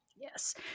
Yes